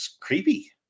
creepy